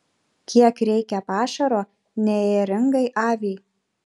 kiek reikia pašaro neėringai aviai